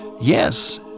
yes